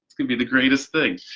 gonna be the greatest thing!